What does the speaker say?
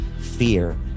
fear